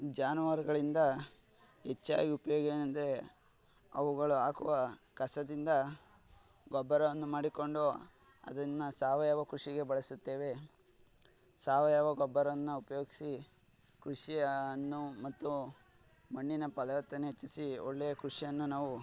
ಜಾನುವಾರುಗಳಿಂದ ಹೆಚ್ಚಾಗ್ ಉಪ್ಯೋಗ ಏನಂದರೆ ಅವುಗಳು ಹಾಕುವ ಕಸದಿಂದ ಗೊಬ್ಬರವನ್ನು ಮಾಡಿಕೊಂಡು ಅದನ್ನು ಸಾವಯವ ಕೃಷಿಗೆ ಬಳಸುತ್ತೇವೆ ಸಾವಯವ ಗೊಬ್ಬರವನ್ನು ಉಪಯೋಗ್ಸಿ ಕೃಷಿಯನ್ನು ಮತ್ತು ಮಣ್ಣಿನ ಫಲವತ್ತತೆನು ಹೆಚ್ಚಿಸಿ ಒಳ್ಳೆಯ ಕೃಷಿಯನ್ನು ನಾವು